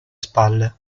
spalle